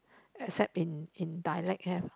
except in in dialect have